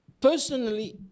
personally